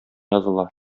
языла